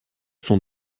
sont